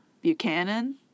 Buchanan